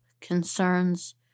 concerns